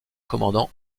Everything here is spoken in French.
commandant